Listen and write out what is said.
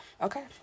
okay